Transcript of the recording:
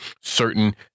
certain